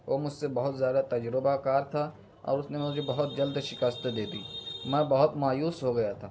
وہ مجھ سے بہت زیادہ تجربہ کار تھا اور اس نے مجھے بہت جلد شکست دے دی میں بہت مایوس ہو گیا تھا